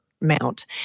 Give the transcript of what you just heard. mount